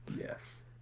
Yes